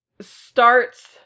starts